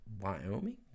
Wyoming